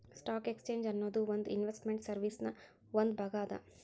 stock exchange ಅನ್ನೊದು ಒಂದ್ investment ಸರ್ವೇಸಿನ್ ಒಂದ್ ಭಾಗ ಅದ